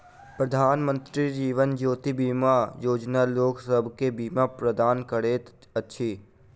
प्रधानमंत्री जीवन ज्योति बीमा योजना लोकसभ के बीमा प्रदान करैत अछि